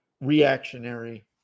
reactionary